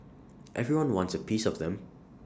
everyone wants A piece of them